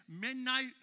midnight